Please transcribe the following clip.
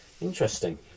Interesting